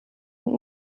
und